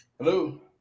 Hello